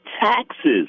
taxes